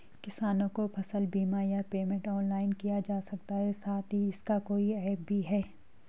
किसानों को फसल बीमा या पेमेंट ऑनलाइन किया जा सकता है साथ ही इसका कोई ऐप भी है?